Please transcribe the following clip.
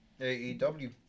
AEW